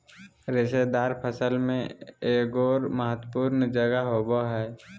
रेशेदार फसल में एगोर महत्वपूर्ण जगह होबो हइ